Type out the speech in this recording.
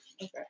Okay